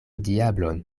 diablon